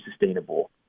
sustainable